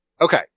okay